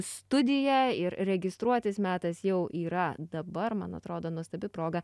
studija ir registruotis metas jau yra dabar man atrodo nuostabi proga